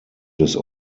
des